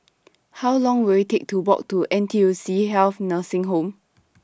How Long Will IT Take to Walk to N T U C Health Nursing Home